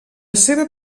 seva